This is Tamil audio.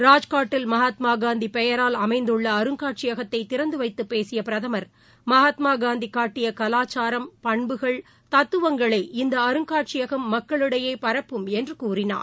ராஜ்காட்டில் மகாத்மாகாந்திபெயரால் அமைந்துள்ள அருங்காட்சியகத்தை திறந்துவைத்து பேசிய பிரதமர் மகாத்மாகாந்திகாட்டியகலாச்சாரம் பண்புகள் தத்துவங்களை இந்தஅருங்காட்சியகம் மக்களிடையேபரப்பும் என்றுகூறினார்